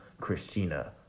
Christina